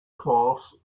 class